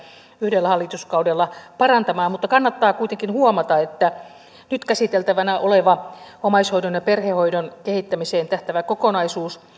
yhdellä hallituskaudella parantamaan mutta kannattaa kuitenkin huomata että nyt käsiteltävänä oleva omaishoidon ja perhehoidon kehittämiseen tähtäävä kokonaisuus